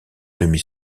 demi